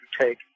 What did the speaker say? take